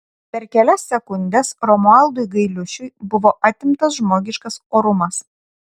per kelias sekundes romualdui gailiušiui buvo atimtas žmogiškas orumas